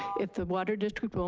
if the water district